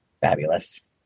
Fabulous